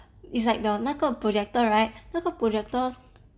it's like the 那个 projector right 那个 projectors